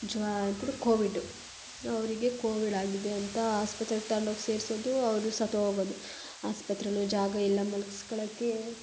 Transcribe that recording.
ಜ್ವರ ಇದ್ರೆ ಕೋವಿಡ್ಡು ಅವರಿಗೆ ಕೋವಿಡ್ ಆಗಿದೆ ಅಂತ ಆಸ್ಪತ್ರೆಗೆ ತಗಂಡೋಗಿ ಸೇರಿಸೋದು ಅವರು ಸತ್ತೋಗೋದು ಆಸ್ಪತ್ರೆಲೂ ಜಾಗ ಇಲ್ಲ ಮಲ್ಗಿಸ್ಕಳಕ್ಕೆ